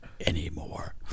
anymore